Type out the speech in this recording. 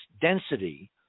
density